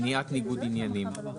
מניעת ניגוד עניינים.